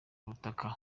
ubutaka